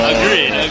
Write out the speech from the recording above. agreed